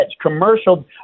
commercial